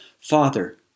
Father